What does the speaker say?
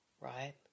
right